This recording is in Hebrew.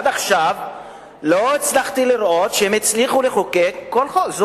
עד עכשיו לא הצלחתי לראות שהם הצליחו לחוקק שום חוק.